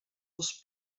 els